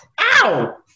Ow